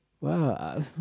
Wow